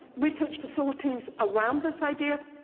research facilities around this idea of,